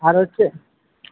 আর হচ্ছে